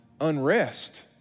unrest